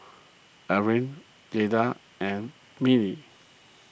Laraine Jayda and Neely